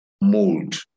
mold